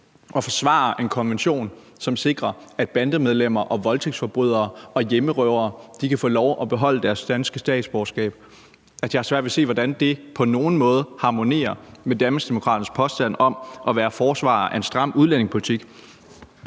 og forsvarer en konvention, som sikrer, at bandemedlemmer og voldtægtsforbrydere og hjemmerøvere kan få lov at beholde deres danske statsborgerskab. Jeg har svært ved at se, hvordan det på nogen måde harmonerer med Danmarksdemokraternes påstand om at være forsvarer for en stram udlændingepolitik.